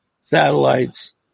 satellites